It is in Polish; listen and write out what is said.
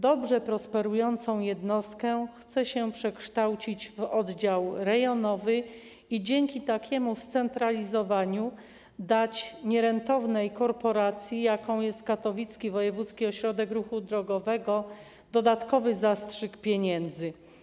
Dobrze prosperującą jednostkę chce się przekształcić w oddział rejonowy i dzięki takiemu scentralizowaniu dać nierentownej korporacji, jaką jest katowicki wojewódzki ośrodek ruchu drogowego, dodatkowy zastrzyk pieniędzy.